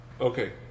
Okay